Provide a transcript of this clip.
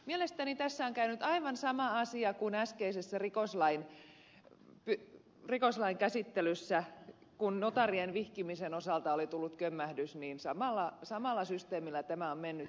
mielestäni tässä on käynyt aivan sama asia kuin äskeisessä rikoslain käsittelyssä kun notaarien vihkimisen osalta oli tullut kömmähdys samalla systeemillä tämä on mennyt